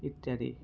ইত্যাদি